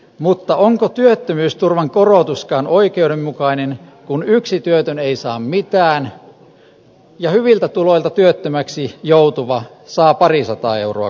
mutta onko työttömyysturvan korotuskaan oikeudenmukainen kun yksi työtön ei saa mitään ja hyviltä tuloilta työttömäksi joutuva saa parisataa euroa kuussa